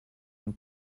and